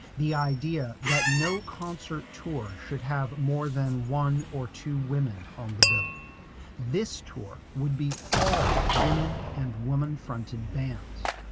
the idea that no concert tour should have more than one or two women on the bill this tour would be all women and woman fronted bands.